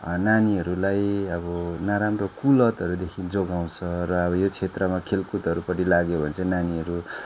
नानीहरूलाई अब नराम्रो कुलतहरूदेखि जोगाउँछ र अब यो क्षेत्रमा खेलकुदहरूपट्टि लाग्यो भने चाहिँ नानीहरू